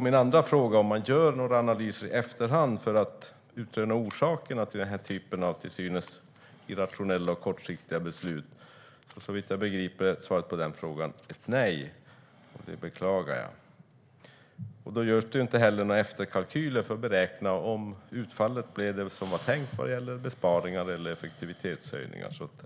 Min andra fråga är: Görs det några analyser i efterhand för att utröna orsakerna till den här typen av till synes irrationella och kortsiktiga beslut? Såvitt jag begriper är svaret på denna fråga ett nej. Det beklagar jag. Görs några efterkalkyler för att beräkna om utfallet blev det som var tänkt vad gäller besparingar eller effektivitetshöjningar?